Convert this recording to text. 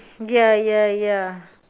ya ya ya